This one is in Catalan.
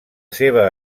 seva